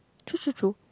true true true